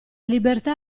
libertà